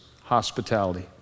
hospitality